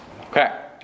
Okay